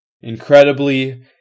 incredibly